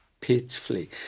pitifully